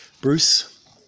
Bruce